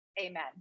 Amen